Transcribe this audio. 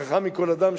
החכם מכל אדם,